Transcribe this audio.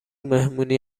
مهمونی